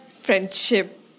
Friendship